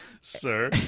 sir